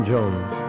Jones